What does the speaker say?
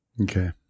Okay